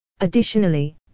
Additionally